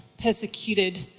persecuted